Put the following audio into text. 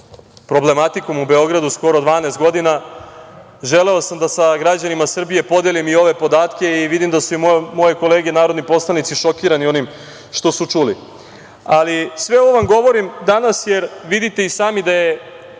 problematikom u Beogradu skoro 12 godina, želeo sam da sa građanima Srbije podelim i ove podatke i vidim da su i moje kolege narodni poslanici šokirani onim što su čuli. Sve ovo vam govorim danas jer vidite i sami da je